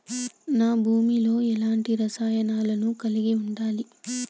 నా భూమి లో ఎలాంటి రసాయనాలను కలిగి ఉండాలి?